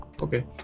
Okay